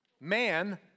man